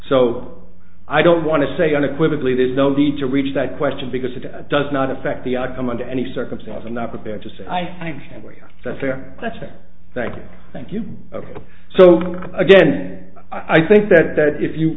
so i don't want to say unequivocally there's no need to reach that question because it does not affect the outcome under any circumstances and not prepared to say i think that's fair that's fair thank you thank you so again i think that that if you